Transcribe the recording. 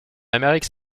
amérique